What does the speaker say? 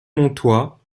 montois